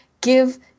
Give